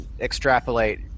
extrapolate